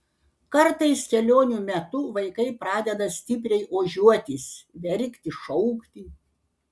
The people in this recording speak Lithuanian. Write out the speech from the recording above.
kartais kelionių metu vaikai pradeda stipriai ožiuotis verkti šaukti